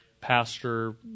pastor